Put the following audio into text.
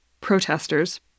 protesters